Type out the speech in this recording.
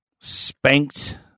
spanked